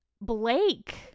Blake